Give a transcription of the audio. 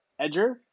edger